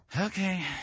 Okay